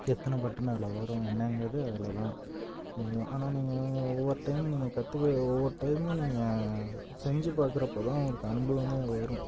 எத்தனை பட்டனு அதில் வரும் என்னங்கிறது அதில் தான் தெரியும் ஆனால் நீங்கள் ஒவ்வொரு டைம் நீங்கள் கற்றுக்க ஒவ்வொரு டைமும் நீங்கள் செஞ்சுப் பார்க்கறப்ப தான் உங்களுக்கு அனுபவமே வரும்